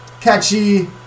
Catchy